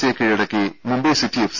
സിയെ കീഴടക്കി Mumbai city F